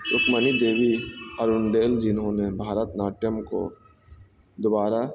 Rukmini Devi Arundale جنہوں نے Bharatanatyam کو دوبارہ